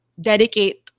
dedicate